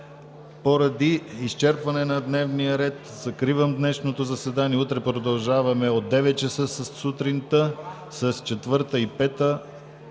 Поради изчерпване на дневния ред закривам днешното заседание. Утре продължаваме от 9,00 ч. сутринта с 3 и 4